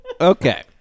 Okay